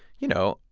you know,